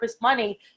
money